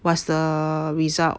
what's the result